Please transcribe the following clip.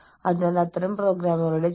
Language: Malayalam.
ഞാൻ ഇവരുടെയും വലിയ ആരാധകനാണ്